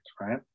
right